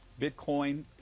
Bitcoin